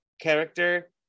character